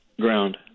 Ground